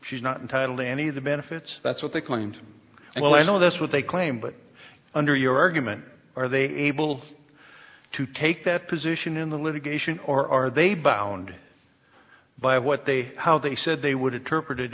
she's not entitled to any of the benefits that's what they claimed well i know that's what they claim but under your argument are they able to take that position in the litigation or are they bound by what they have they said they would interp